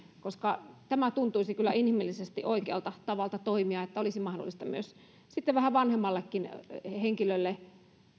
koska tämä tuntuisi kyllä inhimillisesti oikealta tavalta toimia että olisi mahdollista vähän vanhemmallekin henkilölle